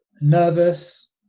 nervous